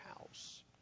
house